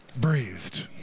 breathed